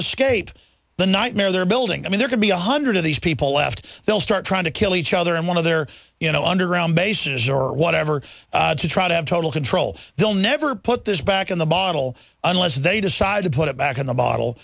the nightmare they're building i mean there could be one hundred of these people left they'll start trying to kill each other in one of their you know underground bases or whatever to try to have total control they'll never put this back in the bottle unless they decide to put it back in the bottle